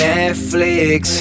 Netflix